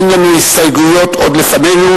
אין לנו הסתייגויות עוד לפנינו,